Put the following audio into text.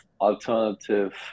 alternative